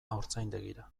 haurtzaindegira